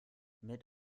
mit